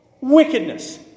Wickedness